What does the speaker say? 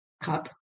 cup